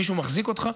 מישהו מחזיק אותך,